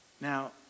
Now